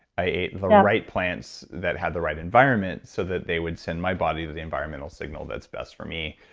i ate the right plants that had the right environment so that they would send my body the the environmental signal that's best for me.